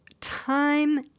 time